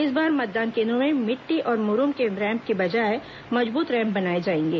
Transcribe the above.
इस बार मतदान केंद्रों में मिट्टी और मुरूम के रैम्प के बजाय मजबूत रैम्प बनाए जाएंगे